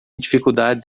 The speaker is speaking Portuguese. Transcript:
dificuldades